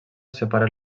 separa